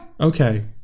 okay